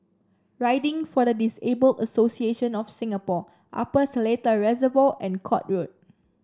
Riding for the Disabled Association of Singapore Upper Seletar Reservoir and Court Road